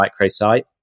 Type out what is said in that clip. microsite